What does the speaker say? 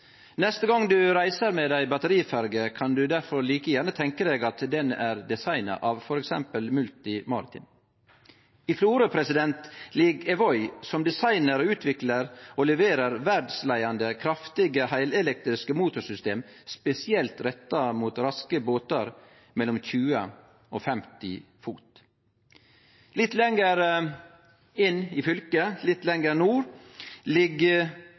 Neste gong ein reiser med ei batteriferje, kan ein difor like gjerne tenkje seg at ho er designa av f.eks. Multi Maritime. I Florø ligg Evoy, som designar, utviklar og leverer verdsleiande kraftige heilelektriske motorsystem spesielt retta mot raske båtar mellom 20 og 50 fot. Litt lenger inn i fylket, litt lenger nord, ligg